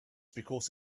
because